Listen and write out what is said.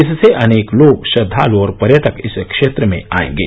इससे अनेक लोग श्रद्वाल और पर्यटक इस क्षेत्र में आएंगे